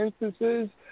instances